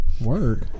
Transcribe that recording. Work